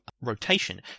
rotation